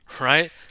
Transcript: right